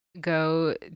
go